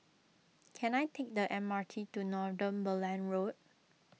can I take the M R T to Northumberland Road